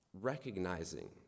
Recognizing